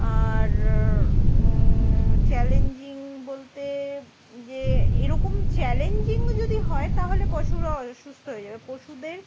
আর challenging বলতে যে এরকম চ্যালেঞ্জিং যদি হয় তাহলে পশুরা অসুস্থ হয়ে যাবে পশুদের